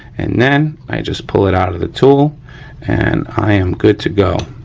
and then i just pull it out of the tool and i am good to go,